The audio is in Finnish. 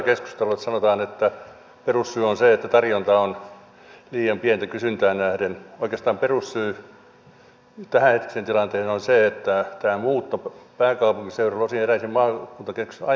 kun sanotaan että perussyy on se että tarjonta on liian pientä kysyntään nähden niin oikeastaan perussyy tämänhetkiseen tilanteeseen on se että tämä muutto pääkaupunkiseudulle osin eräisiin maakuntakeskuksiin on aivan liian voimakasta